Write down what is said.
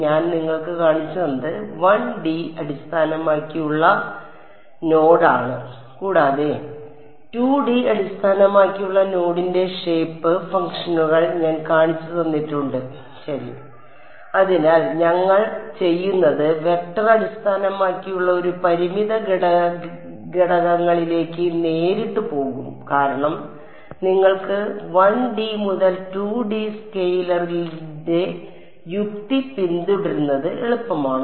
ഞാൻ നിങ്ങൾക്ക് കാണിച്ചുതന്നത് 1D അടിസ്ഥാനമാക്കിയുള്ള നോഡ് ആണ് കൂടാതെ 2D അടിസ്ഥാനമാക്കിയുള്ള നോഡിന്റെ ഷേപ്പ് ഫംഗ്ഷനുകൾ ഞാൻ കാണിച്ചുതന്നിട്ടുണ്ട് ശരി അതിനാൽ ഞങ്ങൾ ചെയ്യുന്നത് വെക്റ്റർ അടിസ്ഥാനമാക്കിയുള്ള ഒരു പരിമിത ഘടകങ്ങളിലേക്ക് നേരിട്ട് പോകും കാരണം നിങ്ങൾക്ക് 1D മുതൽ 2D സ്കെയിലറിന്റെ യുക്തി പിന്തുടരുന്നത് എളുപ്പമാണ്